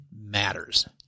matters